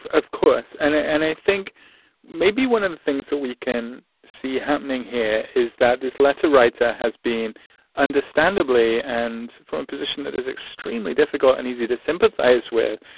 of course. and and i think maybe one of the things that we can see happening here is that this letter writer has been understandably and from a position that is extremely difficult and easy to sympathize with,